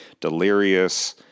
delirious